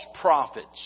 prophets